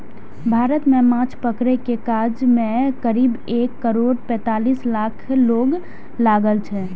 भारत मे माछ पकड़ै के काज मे करीब एक करोड़ पैंतालीस लाख लोक लागल छै